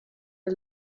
der